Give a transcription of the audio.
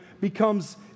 becomes